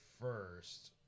first